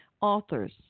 authors